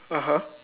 (uh huh)